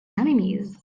enemies